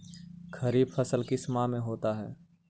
खरिफ फसल किस माह में होता है?